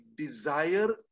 desire